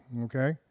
okay